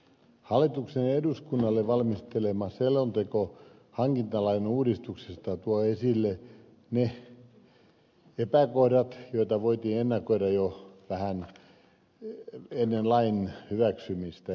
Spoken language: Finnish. hallituksen eduskunnalle valmistelema selonteko hankintalain uudistuksesta tuo esille ne epäkohdat joita voitiin epäillä jo vähän ennen lain hyväksymistä